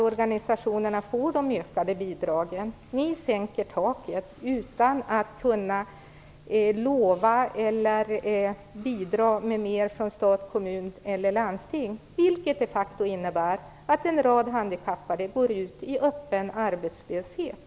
Organisationerna får ju inte de ökade bidragen. Ni sänker taket utan att kunna lova att bidra med mer från stat, kommun eller landsting, vilket de facto innebär att en rad handikappade går ut i öppen arbetslöshet.